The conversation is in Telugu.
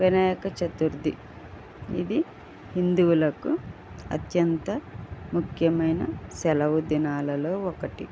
వినాయక చతుర్థి ఇది హిందువులకు అత్యంత ముఖ్యమైన సెలవు దినాలలో ఒకటి